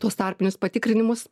tuos tarpinius patikrinimus